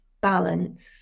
balance